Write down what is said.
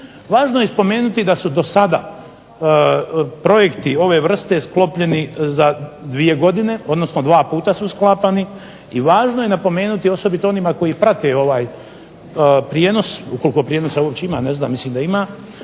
Važno je spomenuti da su do sada projekti ove vrste sklopljeni za dvije godine, odnosno dva puta su sklapani i važno je napomenuti osobito onima koji prate ovaj prijenos ukoliko prijenosa uopće ima, ne znam, mislim da ima,